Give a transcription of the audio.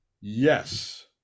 Yes